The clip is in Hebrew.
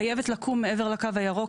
חייבת לקום מעבר לקו הירוק,